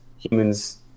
Humans